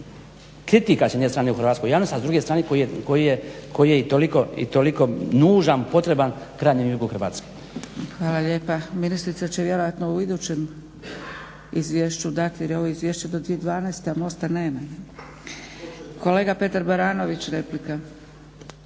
kritika s jedne strane u hrvatskoj javnosti, ali i s druge strane koji je i toliko nužan, potreban krajnjem jugu Hrvatske. **Zgrebec, Dragica (SDP)** Hvala lijepa. Ministrica će vjerojatno u idućem izvješću dati, jer ovo je izvješće do 2012., a mosta nema. Kolega Petar Baranović, replika.